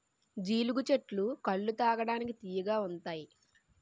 జీలుగు చెట్టు కల్లు తాగడానికి తియ్యగా ఉంతాయి